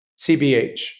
CBH